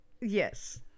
Yes